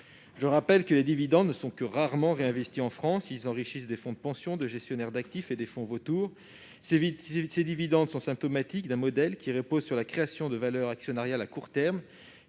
Je rappelle que les dividendes ne sont que rarement réinvestis en France : ils enrichissent des fonds de pension, des gestionnaires d'actifs et des fonds vautours. Ces dividendes sont symptomatiques d'un modèle qui repose sur la création de valeur actionnariale à court terme